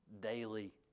daily